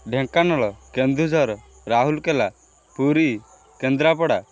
Dhenkanal Keonjhar Rourkela Puri Kendrapara